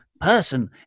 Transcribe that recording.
person